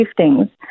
giftings